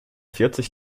vierzig